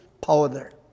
powder